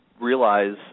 realize